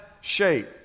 shape